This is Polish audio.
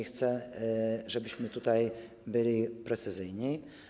Chcę, żebyśmy tutaj byli precyzyjni.